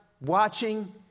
watching